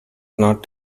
not